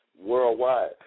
worldwide